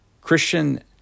Christian